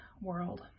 world